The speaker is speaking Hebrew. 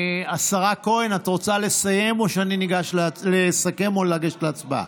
השרה כהן, את רוצה לסכם או לגשת להצבעה?